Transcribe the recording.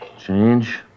Change